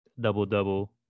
double-double